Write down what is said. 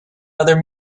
another